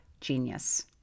Genius